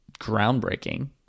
groundbreaking